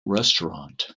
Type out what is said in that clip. restaurant